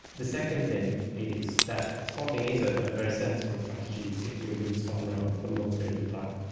the second thing is that spotting is a ah very sensible strategy if you are being spun around for long periods of time.